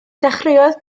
dechreuodd